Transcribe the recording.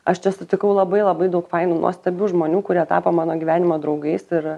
aš čia sutikau labai labai daug failų nuostabių žmonių kurie tapo mano gyvenimo draugais ir